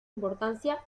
importancia